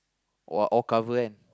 !wah! all cover eh